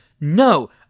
no